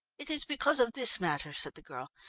it is because of this matter, said the girl.